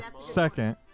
Second